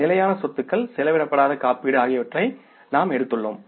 நிலையான சொத்துக்கள் செலவிடப்படாத காப்பீடு ஆகியவற்றை நாம் எடுத்துள்ளோம்